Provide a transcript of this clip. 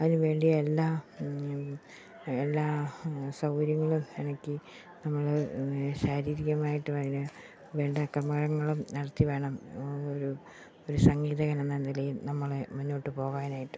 അതിന് വേണ്ടി എല്ലാ എല്ലാ സൗകര്യങ്ങളും ഇണക്കി നമ്മൾ ശാരീരികമായിട്ടും അതിനെ വേണ്ട ക്രമങ്ങളും നടത്തി വേണം ഒരു ഒരു സംഗീതകൻ എന്ന നിലയിൽ നമ്മൾ മുന്നോട്ട് പോകാനായിട്ട്